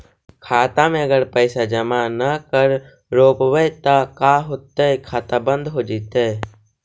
खाता मे अगर पैसा जमा न कर रोपबै त का होतै खाता बन्द हो जैतै?